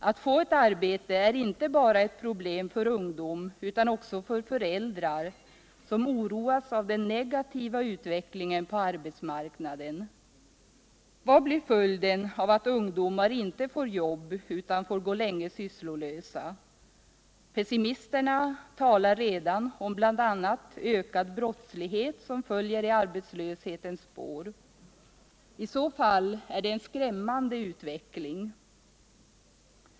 Att få ett arbete är inte bara ett problem för ungdom utan också för föräldrar, som oroas av den negativa utvecklingen på arbetsmarknaden. Vad blir följden av att ungdomar inte får jobb utan får gå länge sysslolösa? Pessimisterna talar redan om bl.a. ökad brottslighet, som följer i arbetslöshetens spår. I så fall är det en skrämmande utveckling.